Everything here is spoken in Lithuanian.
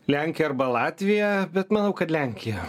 lenkija arba latvija bet manau kad lenkija